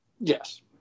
Yes